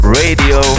radio